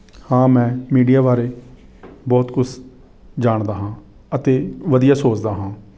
ਹਾਂ ਮੈਂ ਮੀਡੀਆ ਬਾਰੇ ਬਹੁਤ ਕੁਝ ਜਾਣਦਾ ਹਾਂ ਅਤੇ ਵਧੀਆ ਸੋਚਦਾ ਹਾਂ